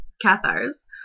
Cathars